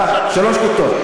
שלוש כיתות.